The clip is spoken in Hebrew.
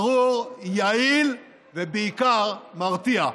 ברור, יעיל ובעיקר, מרתיע.